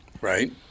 right